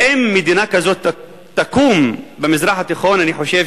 ואם מדינה כזאת תקום במזרח התיכון, אני חושב